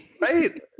Right